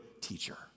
teacher